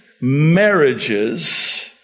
marriages